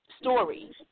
stories